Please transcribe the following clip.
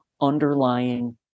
underlying